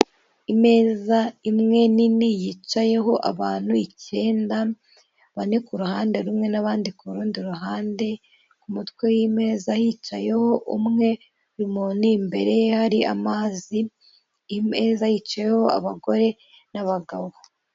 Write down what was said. imeza imwe nini yicayeho abantu icyenda bane ku ruhande rumwe n'abandi ku rundi ruhande ku mutwe y'imeza hicayeho umwe n'imbere ye hakaba hari amazi, imeza yicayeho abagore n'abagabo.